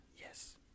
Yes